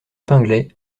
pinglet